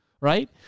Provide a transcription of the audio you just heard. right